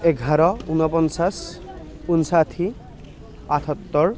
এঘাৰ ঊনপঞ্চাছ ঊনষাঠি আঠসত্তৰ